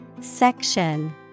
Section